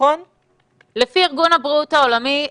לפי ארגון הבריאות העולמי,